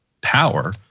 power